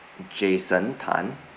jason tan